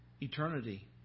eternity